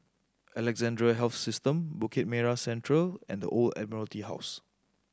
Alexandra Health System Bukit Merah Central and The Old Admiralty House